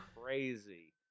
crazy